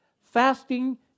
fasting